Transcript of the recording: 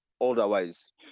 otherwise